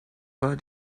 war